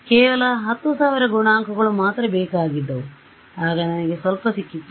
ಆದ್ದರಿಂದ ಕೇವಲ 10000 ಗುಣಾಂಕಗಳು ಮಾತ್ರ ಬೇಕಾಗಿದ್ದವು ಆಗ ನನಗೆ ಸ್ವಲ್ಪ ಸಿಕ್ಕಿತು